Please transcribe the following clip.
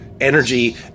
energy